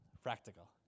practical